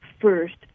first